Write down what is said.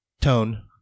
tone